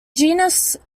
genus